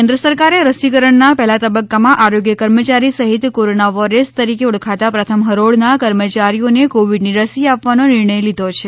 કેન્દ્ર સરકારે રસીકરણના પહેલા તબક્કામાં આરોગ્ય કર્મચારી સહિત કોરોના વોરિયર્સ તરીકે ઓળખાતા પ્રથમ હરોળના કર્મચારીઓને કોવિડની રસી આપવાનો નિર્ણય લીધો છે